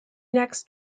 next